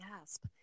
gasp